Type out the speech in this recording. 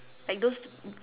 like those mm